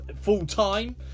full-time